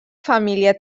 família